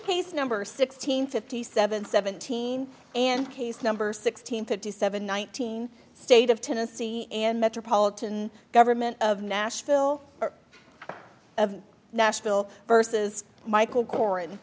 case number sixteen fifty seven seventeen and case number sixteen fifty seven nineteen state of tennessee and metropolitan government of nashville nashville versus michael cor